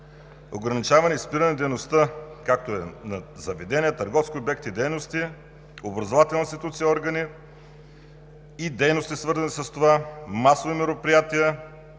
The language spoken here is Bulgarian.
ограничаване и спиране на дейността, както е на заведения, търговски обекти, образователни институции и органи, и дейности, свързани с това масови мероприятия,